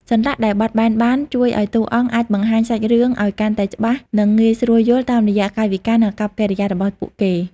សន្លាក់ដែលបត់បែនបាន ជួយឲ្យតួអង្គអាចបង្ហាញសាច់រឿងឲ្យកាន់តែច្បាស់ និងងាយស្រួលយល់ តាមរយៈកាយវិការ និងអាកប្បកិរិយារបស់ពួកគេ។